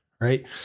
right